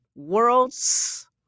worlds